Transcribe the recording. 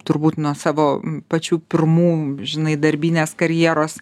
turbūt nuo savo pačių pirmų žinai darbinės karjeros